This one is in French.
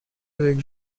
avec